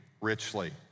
richly